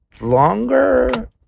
longer